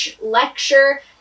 lecture